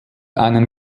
einen